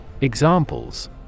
Examples